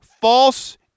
false